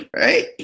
right